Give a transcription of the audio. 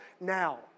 now